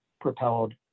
propelled